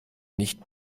nicht